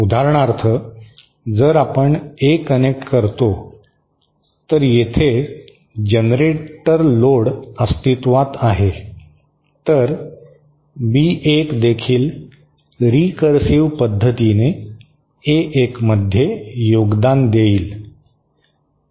उदाहरणार्थ जर आपण ए कनेक्ट करतो तर येथे जनरेटर लोड अस्तित्त्वात आहे तर बी 1 देखील रिकर्सिव्ह पद्धतीने ए 1 मध्ये योगदान देईल